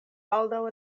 baldaŭ